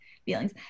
feelings